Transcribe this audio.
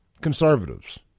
conservatives